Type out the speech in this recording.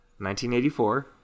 1984